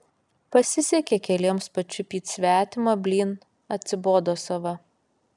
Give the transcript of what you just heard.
pasisekė keliems pačiupyt svetimą blyn atsibodo sava